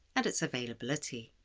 and its availability.